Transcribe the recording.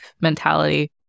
mentality